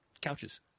couches